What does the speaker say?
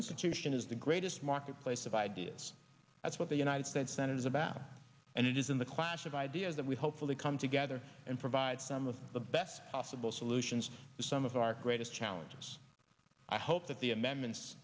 institution is the greatest marketplace of ideas that's what the united states senate is about and it is in the clash of ideas that we hopefully come together and provide some of the best possible solutions to some of our greatest challenges i hope that the amendments